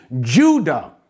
Judah